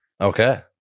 Okay